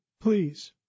Please